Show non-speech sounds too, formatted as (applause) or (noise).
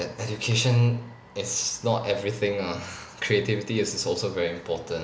that education is not everything ah (breath) creativity is also very important